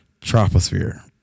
troposphere